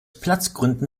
platzgründen